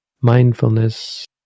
mindfulness